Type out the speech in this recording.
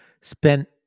spent